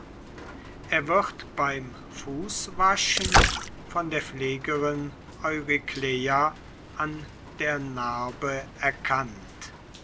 er wird beim fußwaschen von der pflegerin eurykleia an der narbe erkannt